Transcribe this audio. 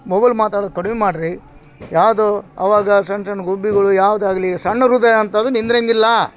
mobile ಮಾತಾಡೋದು ಕಡಿಮೆ ಮಾಡ್ರಿ ಯಾವುದೋ ಅವಾಗ ಸಣ್ಣ ಸಣ್ಣ ಗುಬ್ಬಿಗಳು ಯಾವ್ದು ಆಗಲಿ ಸಣ್ಣ ಹೃದಯ ಅಂಥದು ನಿಂದ್ರೋಂಗಿಲ್ಲ